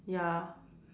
ya